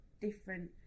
different